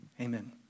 Amen